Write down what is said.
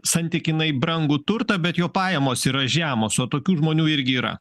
santykinai brangų turtą bet jo pajamos yra žemos o tokių žmonių irgi yra